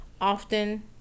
often